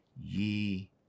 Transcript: ye